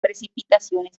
precipitaciones